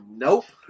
nope